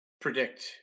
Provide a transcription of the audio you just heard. predict